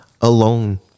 alone